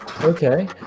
Okay